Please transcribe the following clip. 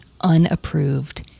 unapproved